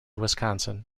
wisconsin